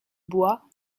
bois